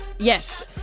Yes